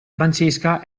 francesca